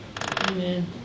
Amen